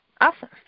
Awesome